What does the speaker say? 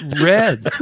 red